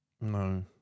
No